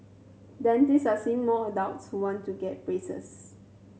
dentist are seeing more adults who want to get braces